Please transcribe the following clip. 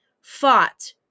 fought